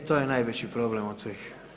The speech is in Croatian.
E to je najveći problem od svih.